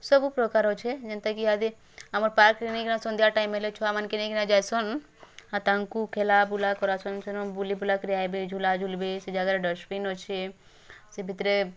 ସବୁପ୍ରକାର୍ ଅଛେ ଜେନ୍ତାକି ଇହାଦି ଆମର୍ ପାର୍କରେ ନେଇକିନା ସନ୍ଧ୍ୟା ଟାଇମ୍ ହେଲେ ଛୁଆମାନଙ୍କେ ନେଇକି ଯାଇସନ୍ ଆଉ ତାଙ୍କୁ ଖେଲାବୁଲା କରାସନ୍ ସେନୁ ବୁଲି ବୁଲାକିରି ଆଇବେ ଝୁଲା ଝୁଲିବେ ସେ ଜାଗାରେ ଡ଼ଷ୍ଟବିନ୍ ଅଛି ସେ ଭିତରେେ